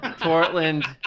Portland